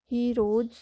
heroes